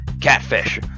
Catfish